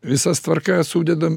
visas tvarkas sudedam